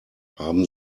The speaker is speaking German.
haben